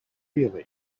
really